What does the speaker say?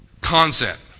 concept